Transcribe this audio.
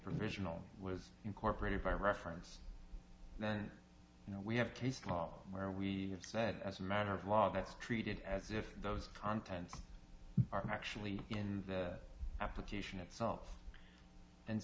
provisional was incorporated by reference and then you know we have case law where we then as a matter of law that is treated as if those contents are actually in the application itself and